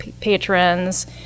patrons